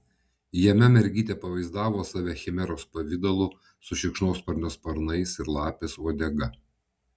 jame mergytė pavaizdavo save chimeros pavidalu su šikšnosparnio sparnais ir lapės uodega